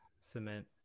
cement